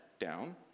down